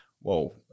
whoa